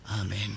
Amen